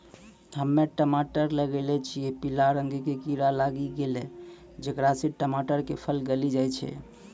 हम्मे टमाटर लगैलो छियै पीला रंग के कीड़ा लागी गैलै जेकरा से टमाटर के फल गली जाय छै?